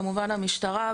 כמובן המשטרה,